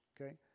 okay